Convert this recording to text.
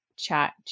chat